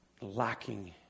lacking